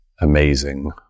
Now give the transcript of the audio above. amazing